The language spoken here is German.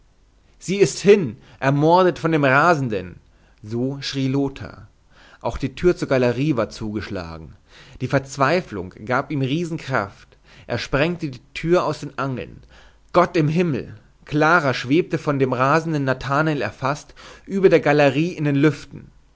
sie ist hin ermordet von dem rasenden so schrie lothar auch die tür zur galerie war zugeschlagen die verzweiflung gab ihm riesenkraft er sprengte die tür aus den angeln gott im himmel clara schwebte von dem rasenden nathanael erfaßt über der galerie in den lüften